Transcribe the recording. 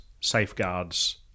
safeguards